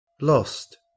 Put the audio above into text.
lost